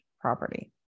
property